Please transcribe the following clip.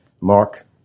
Mark